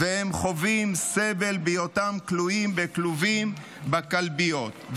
והם חווים סבל בהיותם כלואים בכלובים בכלביות,